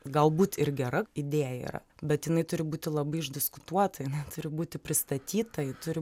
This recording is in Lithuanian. galbūt ir gera idėja yra bet jinai turi būti labai išdiskutuota jinai turi būti pristatyta ji turi